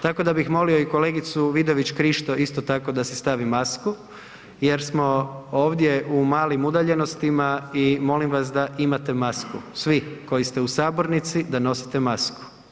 Tako da bih molio i kolegicu Vidović Krišto isto tako da si stavi masku jer smo ovdje u malim udaljenostima i molim vas da imate masku svi koji ste u sabornici da nosite masku.